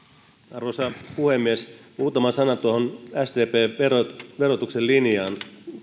arvoisa puhemies muutama sana tuohon sdpn verotuksen linjaan